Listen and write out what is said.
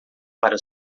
para